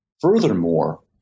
furthermore